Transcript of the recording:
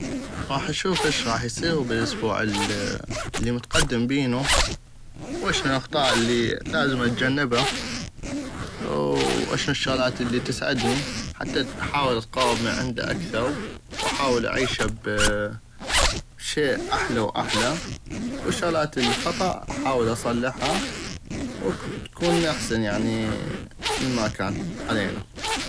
غاح اشوف اش غاح اصيغ باسبوع الي متقدم بينو واشنو الاخطاء الي لازم اتجنبى واشنو الشغلات الي تسعدني حتى احاول اتقغب من عندا اكثغ واحاول اعيشة بشي احلى واحلى والشغلات الخطا احاول اصلحة وتكون احسن يعني مما كان علينو.